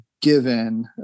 given